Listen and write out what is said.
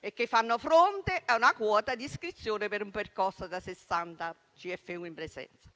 e che fanno fronte a una quota di iscrizione per un percorso da sessanta CFU in presenza.